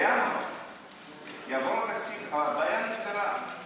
בינואר יעבור התקציב, והבעיה נפתרה.